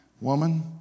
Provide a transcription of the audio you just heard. woman